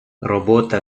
робота